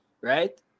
right